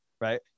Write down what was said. right